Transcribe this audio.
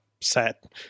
set